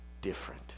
different